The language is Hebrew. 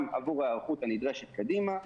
גם עבור ההיערכות הנדרשת קדימה,